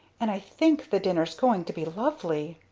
and i think the dinner's going to be lovely!